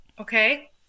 okay